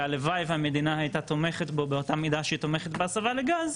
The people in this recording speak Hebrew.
והלוואי שהמדינה הייתה תומכת בו באותה מידה שהיא תומכת בהסבה לגז,